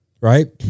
right